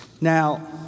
Now